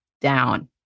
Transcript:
down